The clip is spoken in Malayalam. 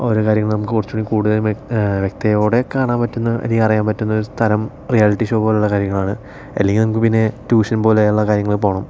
ഓരോ കാര്യങ്ങളും നമുക്ക് കുറച്ചുകൂടിയും കൂടുതൽ വ്യക്തതയോടെ കാണാൻ പറ്റുന്ന അല്ലെങ്കിൽ അറിയാൻ പറ്റുന്ന ഒരു സ്ഥലം റിയാലിറ്റി ഷോ പോലുള്ള കാര്യങ്ങളാണ് അല്ലെങ്കിൽ നമുക്ക് പിന്നെ ട്യൂഷൻ പോലെയുള്ള കാര്യങ്ങളിൽ പോകണം